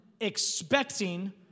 expecting